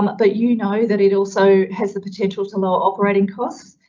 um but but you know, that it also has the potential to lower operating costs.